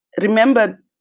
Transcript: Remember